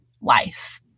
life